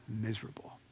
miserable